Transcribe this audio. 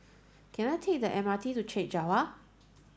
can I take the M R T to Chek Jawa